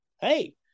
hey